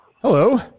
Hello